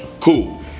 Cool